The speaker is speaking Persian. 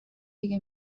دیگه